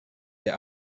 der